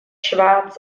schwarz